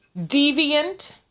Deviant